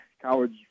college